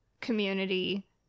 community